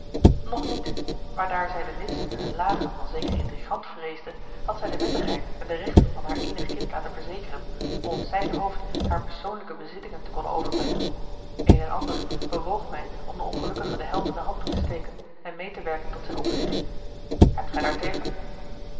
nog niet maar daar zij de listen en lagen van zekeren intrigant vreesde had zij de wettigheid en de rechten van haar eenig kind laten verzekeren om op zijn hoofd hare persoonlijke bezittingen te konnen overbrengen een en ander bewoog mij om den ongelukkige de helpende hand toe te steken en meê te werken tot zijne oprichting hebt gij daar tegen